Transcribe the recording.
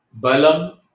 Balam